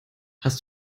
hast